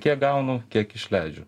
kiek gaunu kiek išleidžiu